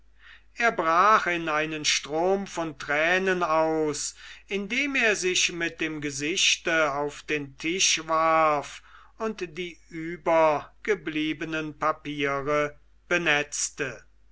er brach in einen strom von tränen aus indem er sich mit dem gesichte auf den tisch warf und die übriggebliebenen papiere benetzte